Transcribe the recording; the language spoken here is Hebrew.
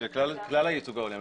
ושל כלל הייצוג ההולם,